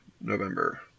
November